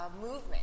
movement